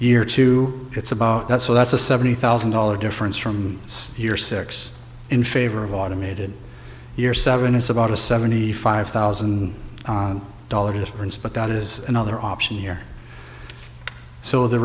year two it's about that so that's a seventy thousand dollars difference from year six in favor of automated year seven it's about a seventy five thousand dollars difference but that is another option here so the